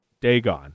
Dagon